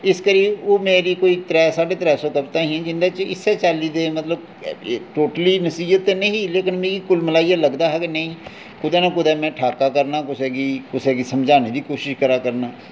इस करी ओह् मेरी कोई त्रै साड्ढे त्रै सौ कवतां हियां जिंदे च इस्सै चाल्ली दे मतलब टोटली नसीहत ते नेहीं लेकिन मिगी मतलब कुल मलाइयै लगदा हा कि नेईं कुतै ना कुतै में ठाक्कै करना कुसै गी कुसै गी समझाने दी कोशिश करा करना